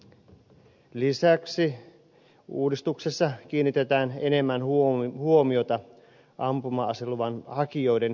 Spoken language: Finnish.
lisäksi uudistuksessa kiinnitetään enemmän huomiota ampuma aseluvan hakijoiden terveydentilaan